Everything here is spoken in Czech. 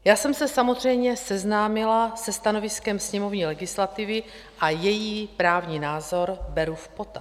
Já jsem se samozřejmě seznámila se stanoviskem sněmovní legislativy a její právní názor beru v potaz.